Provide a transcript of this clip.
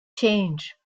change